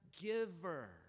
giver